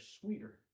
sweeter